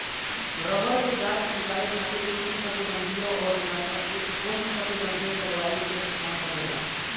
rubber के गाछ उगावे खातिर उष्णकटिबंधीय और ना त उपोष्णकटिबंधीय जलवायु के काम परेला